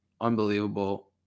Unbelievable